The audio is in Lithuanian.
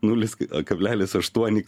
nulis kablelis aštuoni